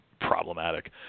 problematic